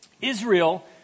Israel